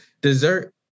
Dessert